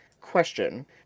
question